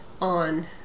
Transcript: on